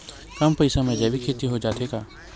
कम पईसा मा जैविक खेती हो जाथे का?